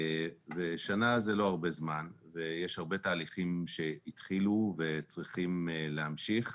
שנה זה לא הרבה זמן ויש הרבה תהליכים שהתחילו וצריכים להמשיך.